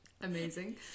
Amazing